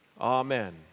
Amen